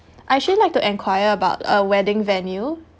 I actually like to enquire about a wedding venue